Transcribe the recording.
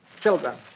children